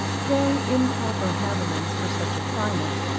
very improper habiliments for such a climate,